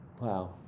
Wow